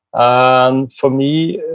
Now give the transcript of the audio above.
and for me,